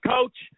Coach